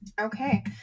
Okay